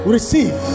Receive